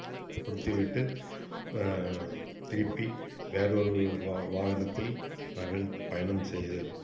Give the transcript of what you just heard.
குடித்துவிட்டு திருப்பி வேறுவொரு வாகனத்தில் நாங்கள் பயணம் செய்தோம்